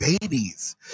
babies